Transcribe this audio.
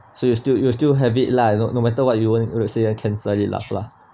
so you'll still you'll still have it lah you know no matter what you wouldn't you wouldn't say cancel it lah